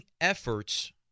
efforts